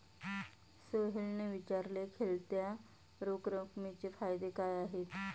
सोहेलने विचारले, खेळत्या रोख रकमेचे फायदे काय आहेत?